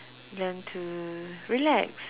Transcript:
learn to relax